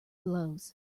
blows